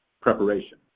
preparation